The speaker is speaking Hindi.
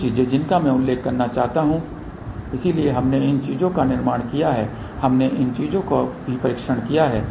कुछ चीजें जिनका मैं उल्लेख करना चाहता हूं इसलिए हमने इन चीजों का निर्माण किया है हमने इन चीजों का भी परीक्षण किया है